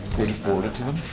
would you forward it to them?